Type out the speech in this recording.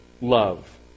love